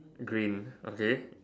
green okay